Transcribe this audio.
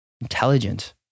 intelligent